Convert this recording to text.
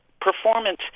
performance